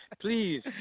Please